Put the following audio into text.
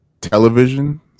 television